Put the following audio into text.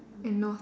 and north